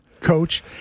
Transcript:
coach